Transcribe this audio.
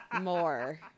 more